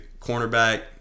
cornerback